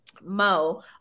Mo